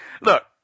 Look